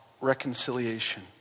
reconciliation